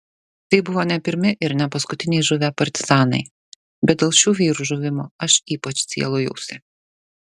tai buvo ne pirmi ir ne paskutiniai žuvę partizanai bet dėl šių vyrų žuvimo aš ypač sielojausi